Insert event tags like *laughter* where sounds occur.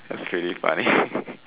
that's really funny *laughs*